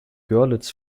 görlitz